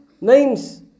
names